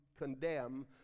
condemn